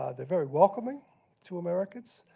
they're very welcoming to americans.